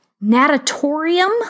natatorium